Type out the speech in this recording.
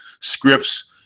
scripts